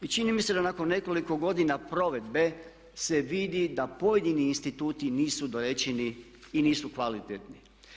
Čini mi se da nakon nekoliko godina provedbe se vidi da pojedini instituti nisu dorečeni i nisu kvalitetni.